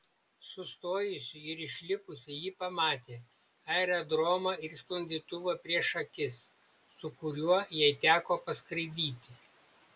sustojusi ir išlipusi ji pamatė aerodromą ir sklandytuvą prieš akis su kuriuo jai teko paskraidyti